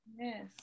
Yes